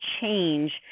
change